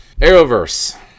Arrowverse